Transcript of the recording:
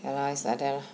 ya lor is like that